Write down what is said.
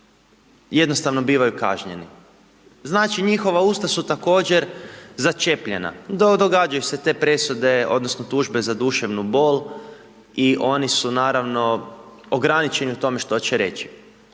jednostavno bivaju kažnjeni. Znači njihova usta su također začepljena. Događaju se te presude, odnosno tužbe za duševnu bol i oni su naravno ograničeni u tome što će reći.